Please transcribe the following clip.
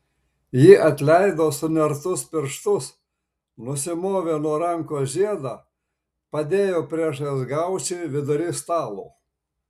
ji atleido sunertus pirštus nusimovė nuo rankos žiedą padėjo priešais gaučį vidury stalo